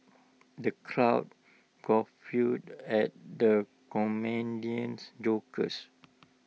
the crowd at the comedian's jokes